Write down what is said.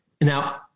Now